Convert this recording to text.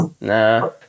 Nah